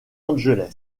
angeles